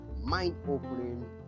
mind-opening